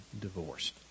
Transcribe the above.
divorced